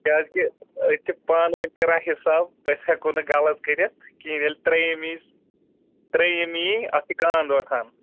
کیٛازِکہِ أسۍ چھِ پانہٕ وٕنۍ کَران حِساب أسۍ ہٮ۪کو نہٕ غلط کٔرِتھ کِہیٖنٛۍ ییٚلہِ ترٛیٚیِم یی ترٛیٚیِم یی اَتھ چھِ گانٛد وۄتھان